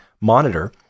monitor